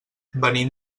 venim